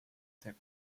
their